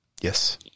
yes